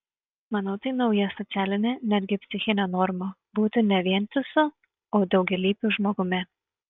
manau tai nauja socialinė netgi psichinė norma būti ne vientisu o daugialypiu žmogumi